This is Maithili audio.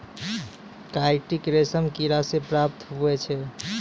काईटिन रेशम किड़ा से प्राप्त हुवै छै